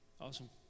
Awesome